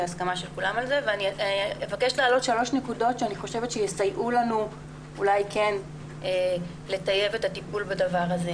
אני אבקש להעלות שלוש נקודות שיסייעו לנו לטייב את הטיפול בזה.